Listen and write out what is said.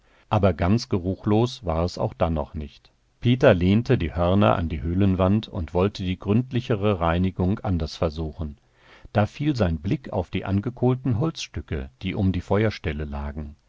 aber ganz geruchlos war es auch dann noch nicht peter lehnte die hörner an die höhlenwand und wollte die gründlichere reinigung anders versuchen da fiel sein blick auf die angekohlten holzstücke die um die feuerstelle lagen